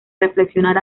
reflexionar